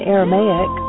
Aramaic